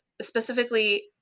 specifically